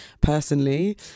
personally